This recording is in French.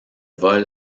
vol